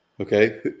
Okay